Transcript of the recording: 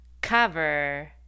cover